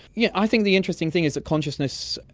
yeah i think the interesting thing is that consciousness,